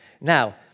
Now